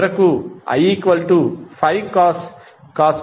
చివరకు i5cos ωt126